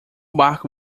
barco